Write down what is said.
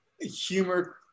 humor